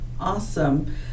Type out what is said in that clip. Awesome